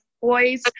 boys